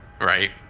Right